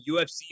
UFC